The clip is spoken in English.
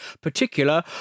Particular